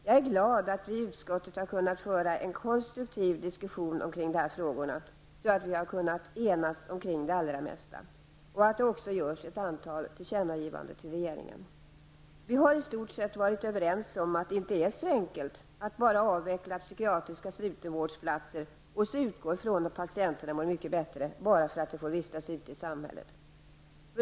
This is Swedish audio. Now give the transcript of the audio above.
Jag är glad över att vi i utskottet har kunnat föra en konstruktiv diskussion omkring de här frågorna, så att vi har kunnat enas omkring det allra mesta och att det också görs ett antal tillkännagivanden till regeringen. Vi har i stort sett varit överens om att det inte är så enkelt att bara avveckla psykiatriska slutenvårdsplatser och utgå från att patienterna mår mycket bättre bara de får vistas ute i samhället.